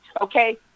Okay